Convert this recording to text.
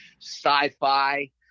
sci-fi